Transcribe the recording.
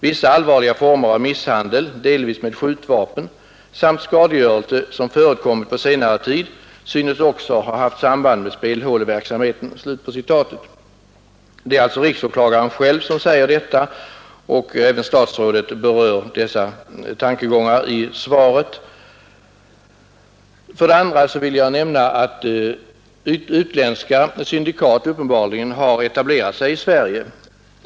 Vissa allvarliga former av misshandel, delvis med skjutvapen, samt skadegörelse som förekommit på senare tid synes också ha haft samband med spelhåleverksamheten.” Det är alltså riksåklagaren själv som säger detta, och även statsrådet berör dessa tankegångar i svaret. För det andra vill jag nämna att utländska syndikat uppenbarligen har etablerat sig i Sverige.